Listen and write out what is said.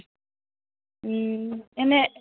এনেই